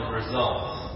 results